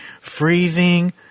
Freezing